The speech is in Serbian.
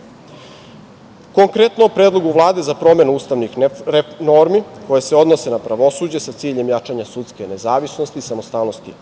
načela. Konkretno, o Predlogu Vlade za promenu ustavnih normi koje se odnose na pravosuđe, sa ciljem jačanja sudske nezavisnosti, samostalnosti